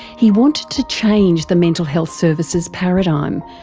he wanted to change the mental health services paradigm,